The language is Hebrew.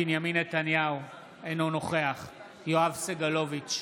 בנימין נתניהו, אינו נוכח יואב סגלוביץ'